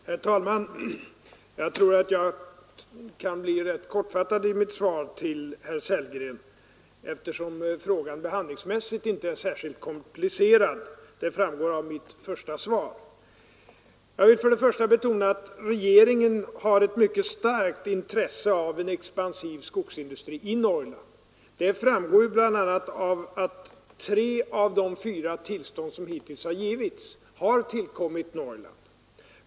Herr talman! Jag tror att jag kan bli rätt kortfattad i mitt svar till herr Sellgren, eftersom frågan behandlingsmässigt inte är särskilt komplicerad. Det framgår av mitt första svar. För det första vill jag betona att regeringen har ett mycket starkt intresse av en expansiv skogsindustri i Norrland. Det framgår bl.a. av att tre av de fyra tillstånd som hittills har givits har tillkommit Norrland.